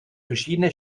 verschiedene